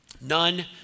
none